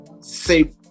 say